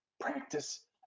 practice